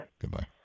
Goodbye